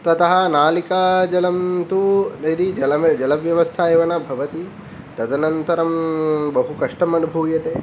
ततः नालिकाजलं तु यदि जलव्यवस्था एव न भवति तदनन्तरं बहु कष्टम् अनुभूयते